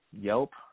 Yelp